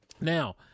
Now